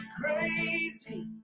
crazy